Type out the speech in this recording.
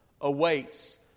awaits